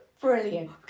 Brilliant